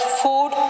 food